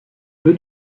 peu